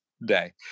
day